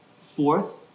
Fourth